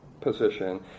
position